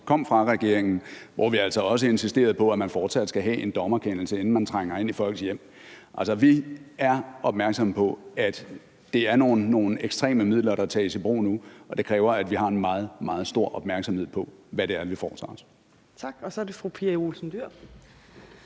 kom fra regeringen, hvor vi altså også insisterede på, at man fortsat skal have en dommerkendelse, inden man trænger ind i folks hjem. Altså, vi er opmærksomme på, at det er nogle ekstreme midler, der tages i brug nu, og det kræver, at vi har en meget, meget stor opmærksomhed på, hvad det er, vi foretager os. Kl. 15:00 Fjerde næstformand